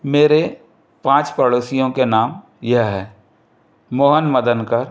मेरे पाँच पड़ोसियों के नाम ये हैं मोहन मदनकर